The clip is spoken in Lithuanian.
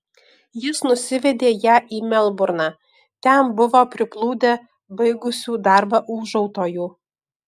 jis nusivedė ją į melburną ten buvo priplūdę baigusių darbą ūžautojų